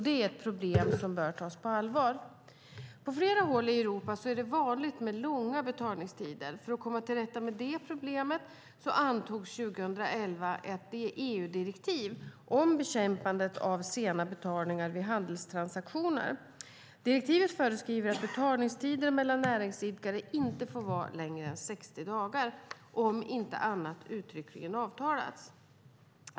Det är ett problem som bör tas på allvar. På flera håll i Europa är det vanligt med långa betalningstider. För att komma till rätta med det problemet antogs 2011 ett EU-direktiv om bekämpande av sena betalningar vid handelstransaktioner. Direktivet föreskriver att betalningstider mellan näringsidkare inte får vara längre än 60 dagar, om inte annat uttryckligen har avtalats.